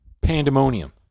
pandemonium